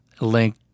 link